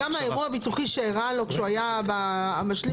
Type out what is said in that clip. גם האירוע הביטוחי שאירע לו כשהוא היה במשלים